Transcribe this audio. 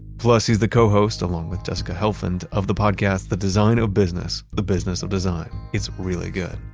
plus, he's the co-host along with jessica helfand of the podcast, the design of business the business of design it's really good.